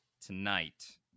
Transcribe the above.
tonight